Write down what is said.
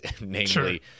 Namely